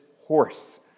horse